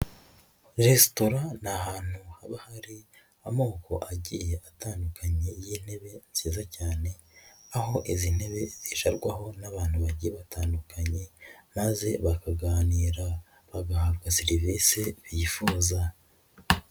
Resitora ni ahantu haba hari amoko agiye atandukanye y'intebe nziza cyane, aho izi ntebe zicarwaho n'abantu bagiye batandukanye maze bakaganira bagahabwa serivisi bifuza.